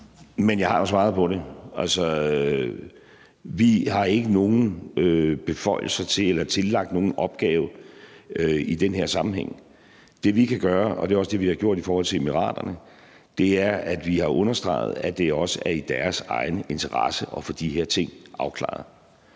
har jo svaret på det. Altså, vi har ikke nogen beføjelser eller er tillagt nogen opgave i den her sammenhæng. Det, vi kan gøre, og det er også det, vi har gjort i forhold til De Forenede Arabiske Emirater, er, at vi har understreget, at det også er i deres egen interesse at få de her ting afklaret.